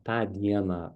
tą dieną